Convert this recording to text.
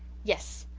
yes,